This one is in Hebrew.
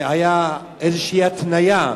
שהיתה בו איזו התניה,